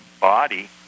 body